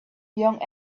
young